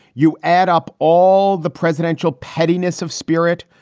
you add up all the presidential pettiness of spirit,